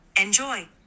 Enjoy